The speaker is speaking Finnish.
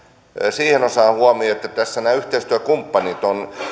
siihen osaan huomiota että tässä nämä yhteistyökumppanit ovat